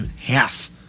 Half